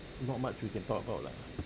not much we can talk about lah